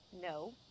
no